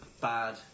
Bad